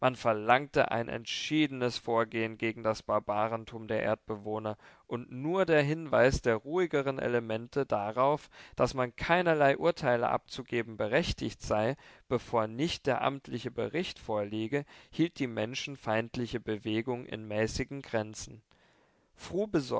verlangte ein entschiedenes vorgehen gegen das barbarentum der erdbewohner und nur der hinweis der ruhigeren elemente darauf daß man keinerlei urteile abzugeben berechtigt sei bevor nicht der amtliche bericht vorliege hielt die menschenfeindliche bewegung in mäßigen